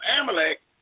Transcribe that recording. Amalek